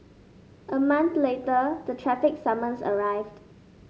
a month later the traffic summons arrived